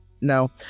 no